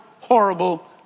horrible